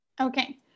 Okay